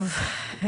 טוב,